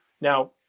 now